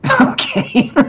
Okay